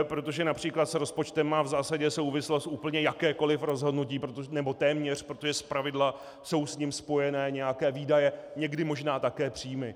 Protože například s rozpočtem má v zásadě souvislost úplně jakékoliv rozhodnutí, nebo téměř, protože zpravidla jsou s ním spojené nějaké výdaje, někdy možná také příjmy.